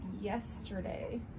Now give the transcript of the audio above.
yesterday